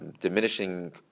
diminishing